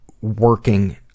working